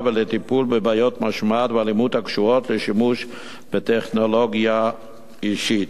ולטיפול בבעיות משמעת ואלימות הקשורות לשימוש בטכנולוגיה אישית.